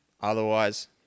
Otherwise